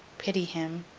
pity him!